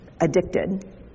addicted